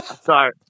Sorry